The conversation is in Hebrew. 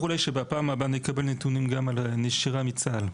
אולי שבפעם הבאה נקבל נתונים גם על הנשירה מצה"ל.